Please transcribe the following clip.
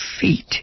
feet